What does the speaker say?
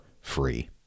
free